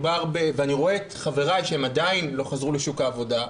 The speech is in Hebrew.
ואני רואה את חבריי שהם עדיין לא חזרו לשוק העבודה,